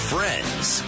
Friends